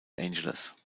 angeles